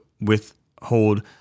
withhold